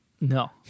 No